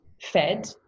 Fed